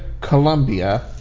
Colombia